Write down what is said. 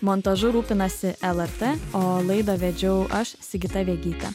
montažu rūpinasi lrt o laidą vedžiau aš sigita vegytė